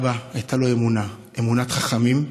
אבא, הייתה לו אמונה: אמונת חכמים,